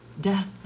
Death